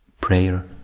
prayer